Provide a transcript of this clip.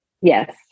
Yes